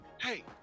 hey